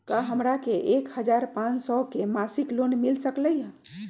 का हमरा के एक हजार पाँच सौ के मासिक लोन मिल सकलई ह?